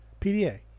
PDA